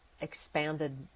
expanded